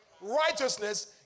righteousness